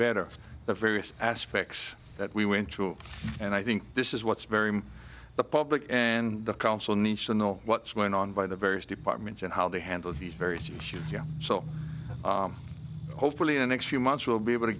better the various aspects that we went through and i think this is what's very much the public and the council needs to know what's going on by the various departments and how they handle these various issues you know so hopefully in the next few months we'll be able to